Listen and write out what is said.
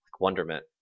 wonderment